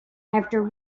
after